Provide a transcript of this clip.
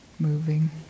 moving